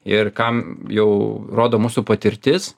ir kam jau rodo mūsų patirtis